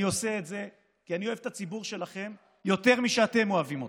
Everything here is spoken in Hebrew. אני עושה את זה כי אני אוהב את הציבור שלכם יותר משאתם אוהבים אותו,